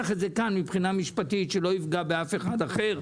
את זה כאן מבחינה משפטית כדי שלא יפגע באף אחד אחר.